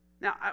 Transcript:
Now